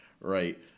right